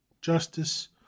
justice